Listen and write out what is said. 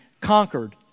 conquered